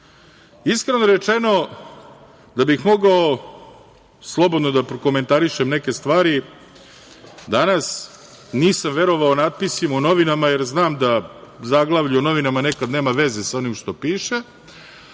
računa. Iskreno rečeno, da bih mogao slobodno da prokomentarišem neke stvari, danas nisam verovao natpisima u novinama, jer znam da zaglavlje u novinama nekada nema veze sa onim što piše,